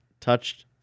touched